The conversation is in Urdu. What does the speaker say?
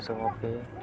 ان سبھوں کے